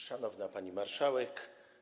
Szanowna Pani Marszałek!